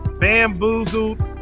bamboozled